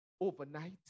overnight